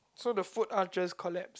so the foot arches collapse